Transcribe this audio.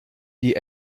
die